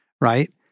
right